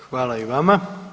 Hvala i vama.